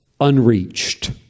unreached